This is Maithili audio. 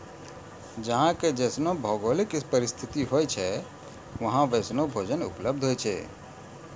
जहां के जैसनो भौगोलिक परिस्थिति होय छै वहां वैसनो भोजनो उपलब्ध होय छै